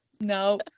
no